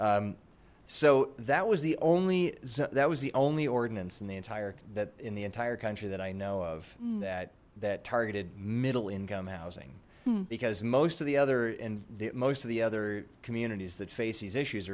so that was the only that was the only ordinance and the entire that in the entire country that i know of that that targeted middle income housing because most of the other in the most of the other communities that face these issues